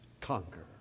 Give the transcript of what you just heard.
conquer